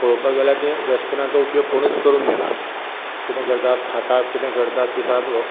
पळोवपाक गेल्यार तीं डस्टबिनाचो उपयोग कोणूच करून घेनात कितें करतात खातात कितें करतात खातात पितात वो